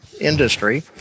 industry